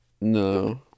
No